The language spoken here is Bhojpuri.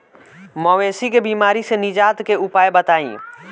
मवेशी के बिमारी से निजात के उपाय बताई?